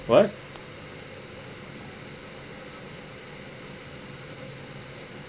what